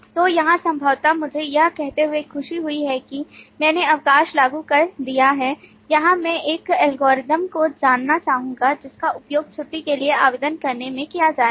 तो यहाँ संभवतः मुझे यह कहते हुए खुशी हुई कि मैंने अवकाश लागू कर दिया है यहाँ मैं उस एल्गोरिथ्म को जानना चाहूंगा जिसका उपयोग छुट्टी के लिए आवेदन करने में किया जाएगा